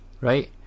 right